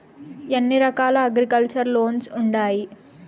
ఎన్ని రకాల agriculture loans ఉండాయి